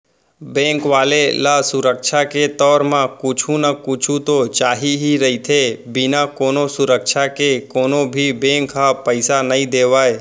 bank वाले ल सुरक्छा के तौर म कुछु न कुछु तो चाही ही रहिथे, बिना कोनो सुरक्छा के कोनो भी बेंक ह पइसा नइ देवय